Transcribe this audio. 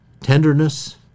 Tenderness